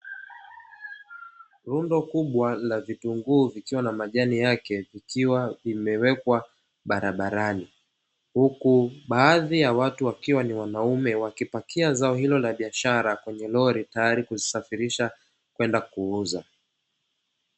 Rundo kubwa la vitunguu vikiwa na majani yake vikiwa vimewekwa barabarani, huku baadhi ya watu wakiwa ni wanaume wakipakia zao hilo la biashara kwenye lori tayari kuzisafirisha kwenda kuuza.